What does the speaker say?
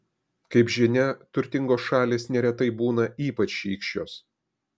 kaip žinia turtingos šalys neretai būna ypač šykščios